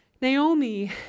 Naomi